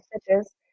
stitches